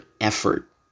effort